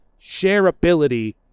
shareability